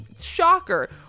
Shocker